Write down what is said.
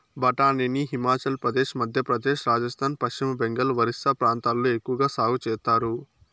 బఠానీని హిమాచల్ ప్రదేశ్, మధ్యప్రదేశ్, రాజస్థాన్, పశ్చిమ బెంగాల్, ఒరిస్సా ప్రాంతాలలో ఎక్కవగా సాగు చేత్తారు